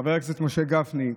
חבר הכנסת משה גפני,